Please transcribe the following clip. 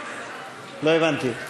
לא הבנתי.